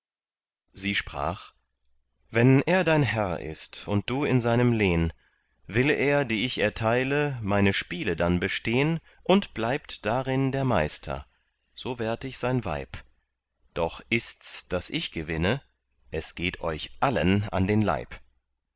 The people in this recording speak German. sie sprach wenn er dein herr ist und du in seinem lehn will er die ich erteile meine spiele dann bestehn und bleibt darin der meister so werd ich sein weib doch ists daß ich gewinne es geht euch allen an den leib